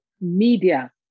media